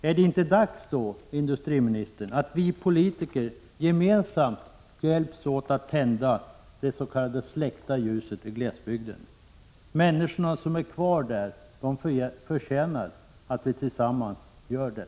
Är det inte då dags, industriministern, att vi politiker gemensamt hjälps åt att tända ”det släckta ljuset” i glesbygden? Människorna som är kvar där förtjänar att vi tillsammans gör det.